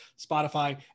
Spotify